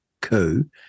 coup